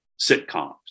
sitcoms